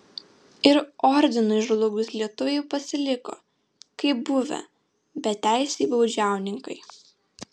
ir ordinui žlugus lietuviai pasiliko kaip buvę beteisiai baudžiauninkai